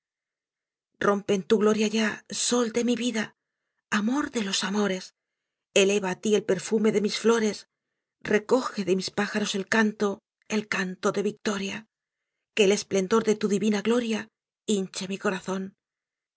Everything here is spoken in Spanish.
en tu gloria ya sol de mi vida amor de los amores eleva á tí el perfume de mis flores recoje de mis pájaros el canto el canto de victoria que al esplendor de tu divina gloria hinche mi corazón